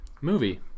movie